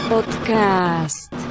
Podcast